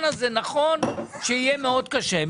נכון שיהיה מאוד קשה,